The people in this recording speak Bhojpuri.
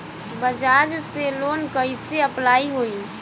बज़ाज़ से लोन कइसे अप्लाई होई?